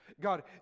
God